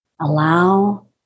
Allow